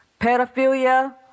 Pedophilia